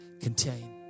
contain